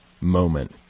moment